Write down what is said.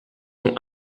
ont